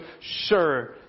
sure